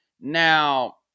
now